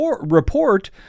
report